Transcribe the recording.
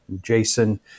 Jason